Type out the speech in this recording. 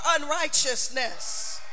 unrighteousness